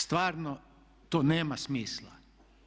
Stvarno to nema smisla.